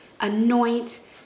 anoint